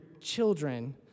children